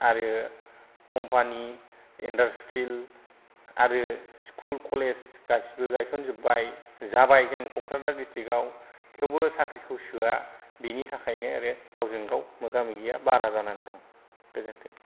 आरो company industrial आरो school college गासिबो गायसनजौबाय जाबाय जोंनि क'क्राझार डिस्ट्रिक्टआव थेवबो साख्रिखौ सोआ बेनि थाखायनो गावजों गाव मोगा मोगिआ बारा जानानै दं